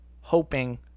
hoping